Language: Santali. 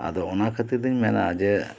ᱟᱫᱚ ᱚᱱᱟ ᱠᱷᱟᱹᱛᱤᱨ ᱛᱤᱧ ᱢᱮᱱᱟ ᱡᱮ